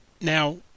Now